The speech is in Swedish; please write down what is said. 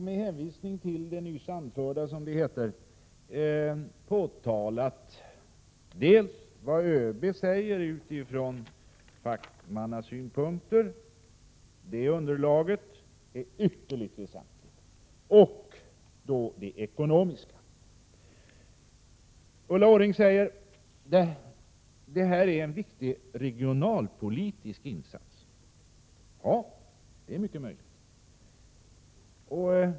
Med hänvisning till det nyss anförda, som det heter, har jag påtalat dels vad ÖB säger — underlaget av fackmannasynpunkter är ytterligt väsentligt —, dels de ekonomiska förhållandena. Ulla Orring säger att detta är en viktig regionalpolitisk insats. Det är mycket möjligt.